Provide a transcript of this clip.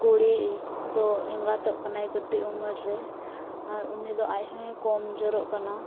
ᱠᱩᱲᱤ ᱫᱚ ᱮᱸᱜᱟᱛᱚᱜ ᱠᱟᱱᱟᱭ ᱠᱟᱹᱴᱤᱡ ᱩᱢᱮᱹᱨ ᱨᱮ ᱟᱨ ᱩᱱᱤ ᱫᱚ ᱟᱡ ᱦᱚᱸᱭ ᱠᱚᱢ ᱡᱳᱨᱚᱜ ᱠᱟᱱᱟ